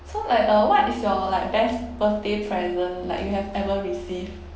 so like uh what is your like best birthday present like you have ever receive